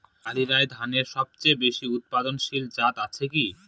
কালিরাই ধানের সবচেয়ে বেশি উৎপাদনশীল জাত আছে কি?